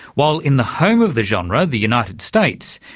while in the home of the genre, the united states,